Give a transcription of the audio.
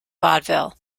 vaudeville